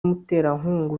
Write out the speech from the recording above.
muterankunga